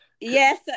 Yes